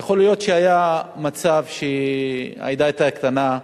יכול להיות שהיה מצב שהעדה היתה קטנה,